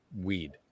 weed